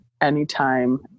anytime